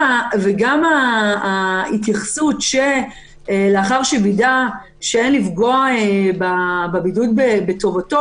כתוב "לאחר שווידא שאין לפגוע בבידוד בטובתו".